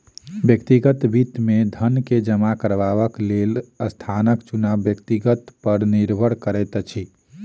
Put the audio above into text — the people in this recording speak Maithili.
व्यक्तिगत वित्त मे धन के जमा करबाक लेल स्थानक चुनाव व्यक्ति पर निर्भर करैत अछि